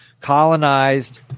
colonized